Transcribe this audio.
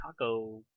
taco